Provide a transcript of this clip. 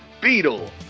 Beetle